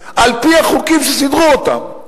על-פי החוקים שסידרו אותם,